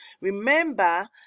Remember